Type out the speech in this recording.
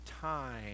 time